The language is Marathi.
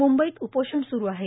मुंबईत उपोषण सुरु आहे